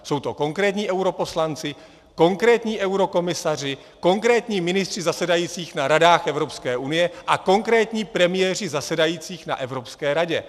Jsou to konkrétní europoslanci, konkrétní eurokomisaři, konkrétní ministři zasedající na Radách Evropské unie a konkrétní premiéři zasedající na Evropské radě.